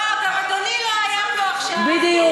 לא, גם אדוני לא היה פה עכשיו שלוש שעות, בדיוק.